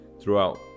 throughout